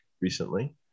recently